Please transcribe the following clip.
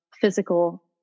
physical